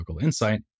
insight